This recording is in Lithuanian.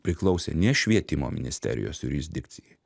priklausė ne švietimo ministerijos jurisdikcijai